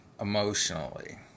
emotionally